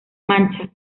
mancha